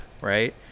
right